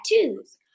tattoos